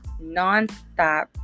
nonstop